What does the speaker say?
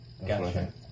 Gotcha